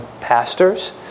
pastors